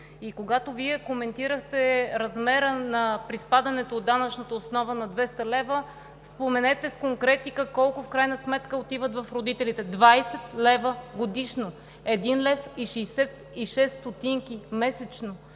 Когато Вие коментирахте размера на приспадането от данъчната основа на 200 лв., споменете с конкретика колко в крайна сметка отиват в родителите – 20 лв. годишно, 1,66 лв. месечно.